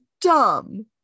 dumb